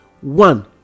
one